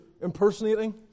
impersonating